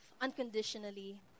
unconditionally